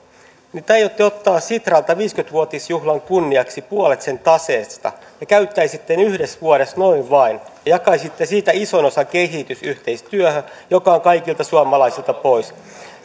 niin te aiotte ottaa sitralta viisikymmentä vuotisjuhlan kunniaksi puolet sen taseesta ja käyttäisitte sen yhdessä vuodessa noin vain jakaisitte siitä ison osan kehitysyhteistyöhön joka on kaikilta suomalaisilta pois